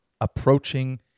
approaching